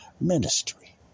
ministry